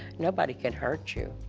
nobody can hurt you.